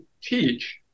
teach